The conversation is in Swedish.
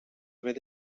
med